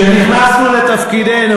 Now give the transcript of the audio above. כשנכנסנו לתפקידנו,